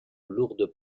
lourdes